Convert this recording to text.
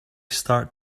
start